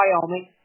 Wyoming